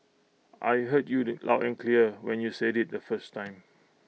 I heard you loud and clear when you said IT the first time